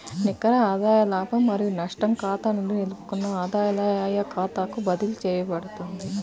నికర ఆదాయ లాభం మరియు నష్టం ఖాతా నుండి నిలుపుకున్న ఆదాయాల ఖాతాకు బదిలీ చేయబడుతుంది